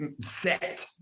set